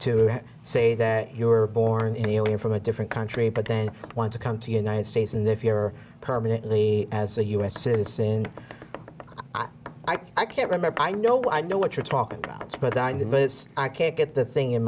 to say that you were born in elian from a different country but then want to come to united states and if you are permanently as a u s citizen i can't remember i know i know what you're talking about but i mean i can't get the thing in